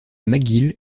mcgill